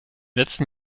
letzten